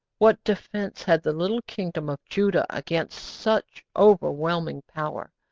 what defence had the little kingdom of judah against such overwhelming power,